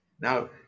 Now